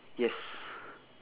yes